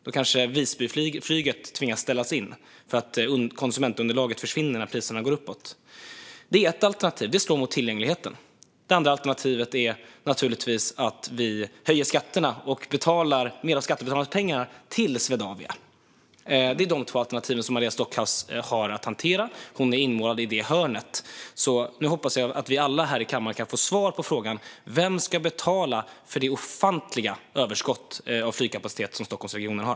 Då kanske Visbyflyget måste ställas in eftersom konsumentunderlaget försvinner när priserna går uppåt. Det är ett alternativ. Det slår mot tillgängligheten. Det andra alternativet är naturligtvis att vi höjer skatterna och betalar mer av skattebetalarnas pengar till Swedavia. Det är dessa två alternativ Maria Stockhaus har att hantera. Hon är inmålad i det hörnet. Nu hoppas jag att vi alla här i kammaren kan får svar på frågan vem som ska betala för det ofantliga överskott av flygkapacitet som Stockholmsregionen har.